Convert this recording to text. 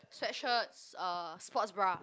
sweat shirts uh sports bra